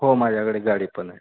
हो माझ्याकडे गाडी पण आहे